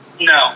No